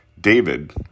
David